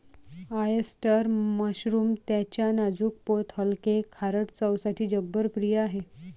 oyster mushroom त्याच्या नाजूक पोत हलके, खारट चवसाठी जगभरात प्रिय आहे